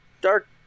dark